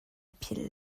philh